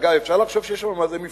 אגב, אפשר לחשוב שיש שם מפלגה.